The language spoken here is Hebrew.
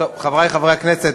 חברי חברי הכנסת,